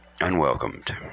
unwelcomed